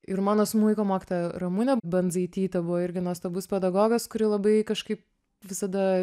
ir mano smuiko mokytoja ramunė bandzaitytė buvo irgi nuostabus pedagogas kuri labai kažkaip visada